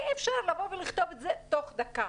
אי אפשר לבוא ולכתוב את זה תוך דקה.